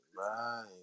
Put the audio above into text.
right